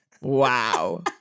Wow